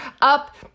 up